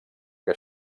que